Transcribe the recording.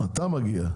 אתה מגיע.